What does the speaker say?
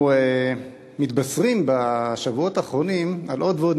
אנחנו מתבשרים בשבועות האחרונים על עוד ועוד